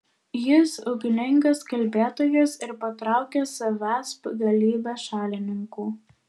jis ugningas kalbėtojas ir patraukia savęsp galybę šalininkų